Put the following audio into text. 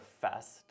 fest